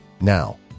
Now